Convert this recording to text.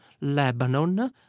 Lebanon